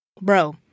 Bro